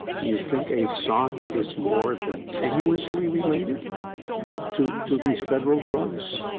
do you think a sock is more than tenuously related to to these federal drugs?